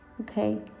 okay